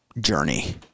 journey